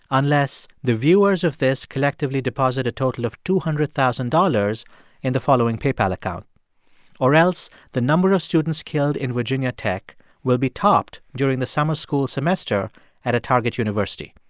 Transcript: unless the viewers of this collectively deposit a total of two hundred thousand dollars in the following paypal account or else the number of students killed in virginia tech will be topped during the summer school semester at a target university.